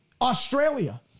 Australia